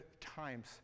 times